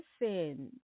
listen